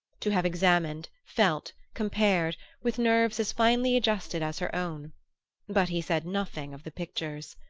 to have examined, felt, compared, with nerves as finely adjusted as her own but he said nothing of the pictures.